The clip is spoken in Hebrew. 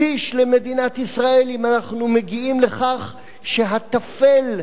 אם אנחנו מגיעים לכך שהטפל הופך לעיקר,